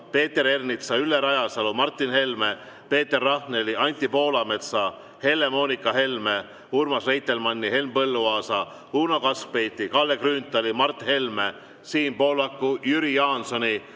Peeter Ernitsa, Ülle Rajasalu, Martin Helme, Peeter Rahneli, Anti Poolametsa, Helle-Moonika Helme, Urmas Reitelmanni, Henn Põlluaasa, Uno Kaskpeiti, Kalle Grünthali, Mart Helme, Siim Pohlaku, Jüri Jaansoni,